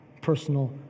personal